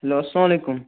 hello اَلسَلامُ علیکُم